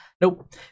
Nope